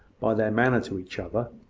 by their manner to each other.